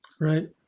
Right